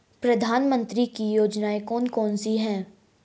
प्रधानमंत्री की योजनाएं कौन कौन सी हैं?